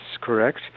correct